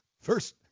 first